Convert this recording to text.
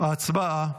הצבעה.